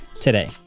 today